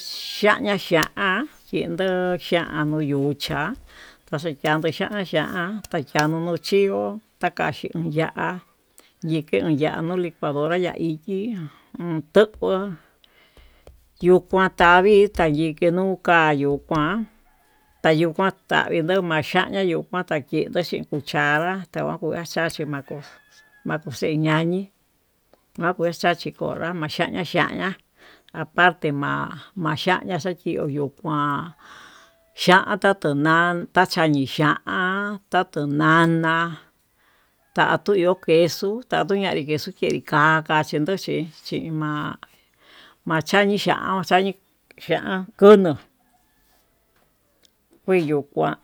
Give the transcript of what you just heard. xhina xhián kindo xhian nuu yuchiá taxoyian xhian xhian, chanunu xhió takaxhi ya'a like ya'á licuadora ya'á ichí yuu tuku yuu kuan tavii tavike yuu kayuu kuán tavixho machayi yuu kuán takindo xhin cuchara, tavaku maxhaxhi maku makuxheñañi makuu maxhaxi konrá maxhiaña xhiaña aparte ma'a makiana maxhachi ma'a, xhian nda'a tuu na'a maxhiani xhián ta tunana ta tu ihó queso takuña kinritu taka'a, chindo chí chí ma'a chiani xhian machañi ya'a kunuu kuiyo kuan.